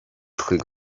chuig